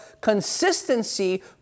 Consistency